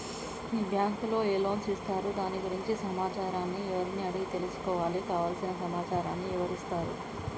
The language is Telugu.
ఈ బ్యాంకులో ఏ లోన్స్ ఇస్తారు దాని గురించి సమాచారాన్ని ఎవరిని అడిగి తెలుసుకోవాలి? కావలసిన సమాచారాన్ని ఎవరిస్తారు?